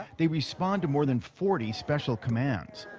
they respond to more than forty special commands.